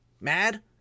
mad